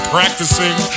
Practicing